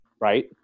right